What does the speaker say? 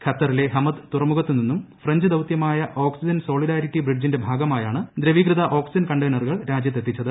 ഖത്തറിലെ ഹമദ് തുറമുഖത്ത് നിന്നും ഫ്രഞ്ച് ദൌത്യമായ ഓക്സിജൻ സോളിഡാരിറ്റി ബ്രിഡ്ജി ന്റെ ഭാഗമായാണ് ദ്രവീകൃത ഓക്സിജൻ കണ്ടെയ്നറുകൾ രാജ്യത്ത് എത്തിച്ചത്